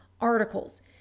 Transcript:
articles